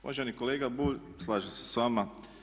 Uvaženi kolega Bulj, slažem se s vama.